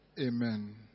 Amen